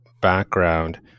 background